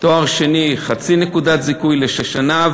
תואר שני, חצי נקודת זיכוי לשנה.